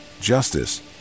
justice